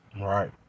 Right